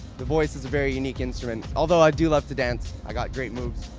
the voice is a very unique instrument, although i do love to dance, i've got great moves.